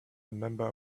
remember